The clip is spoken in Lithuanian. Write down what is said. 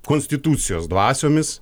konstitucijos dvasiomis